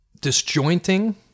disjointing